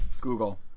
Google